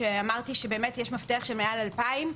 אמרתי שיש מפתח של מעל 2,000,